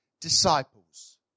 disciples